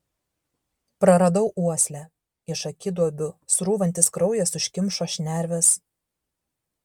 praradau uoslę iš akiduobių srūvantis kraujas užkimšo šnerves